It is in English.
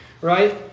Right